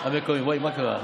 מה קרה,